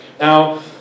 Now